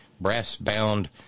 brass-bound